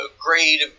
grade